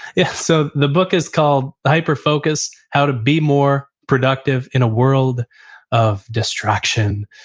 yeah so the book is called hyperfocus how to be more productive in a world of distraction.